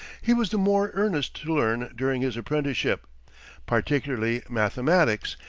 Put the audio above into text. he was the more earnest to learn during his apprenticeship particularly mathematics,